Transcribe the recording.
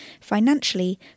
Financially